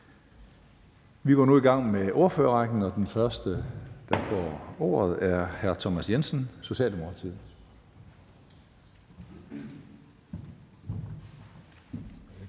Vi går nu i gang med ordførerrækken, og den første, der får ordet, er hr. Thomas Jensen, Socialdemokratiet.